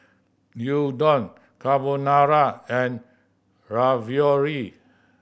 Gyudon Carbonara and Ravioli